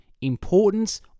Importance